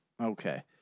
Okay